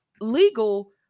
legal